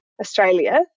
Australia